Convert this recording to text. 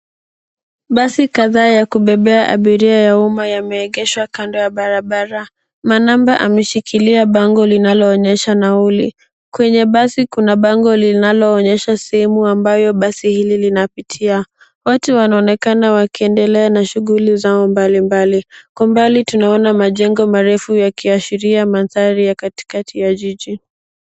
Basi kadhaa ya kubebea abiria ya umma yame egeshwa kando ya barabara, manamba ame shikilia bango linalo onyesha nauli. Kwenye basi kuna bango linalo onyesha simu ambayo basi hili linapitia, watu wanaonekana wakiendelea na shughuli zao mbalimbali. Kwa mbali tunaona majengo marefu yakiashria mandhari ya katikati ya jiji.